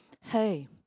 hey